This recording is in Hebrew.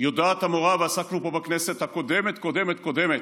עסקנו פה בכנסת הקודמת-קודמת-קודמת,